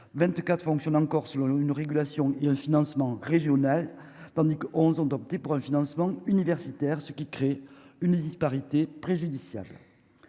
24 fonctionnent encore selon une régulation financement régional, tandis que 11 ans d'opter pour le financement, universitaire, ce qui crée une disparité préjudiciable